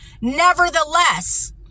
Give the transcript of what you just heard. Nevertheless